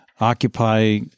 Occupy